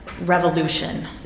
Revolution